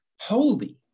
holy